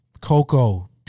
Coco